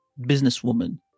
businesswoman